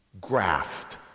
graft